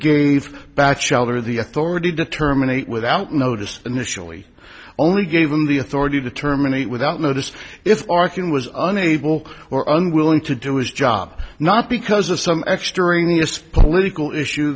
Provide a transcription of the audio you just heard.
gave batchelder the authority to terminate without notice initially only gave him the authority to terminate without notice if arkin was unable or unwilling to do its job not because of some extraneous political issue